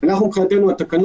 אנחנו כייעוץ משפטי,